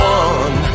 one